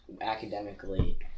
academically